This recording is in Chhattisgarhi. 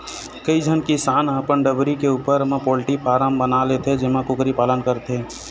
कइझन किसान ह अपन डबरी के उप्पर म पोल्टी फारम बना लेथे जेमा कुकरी पालन करथे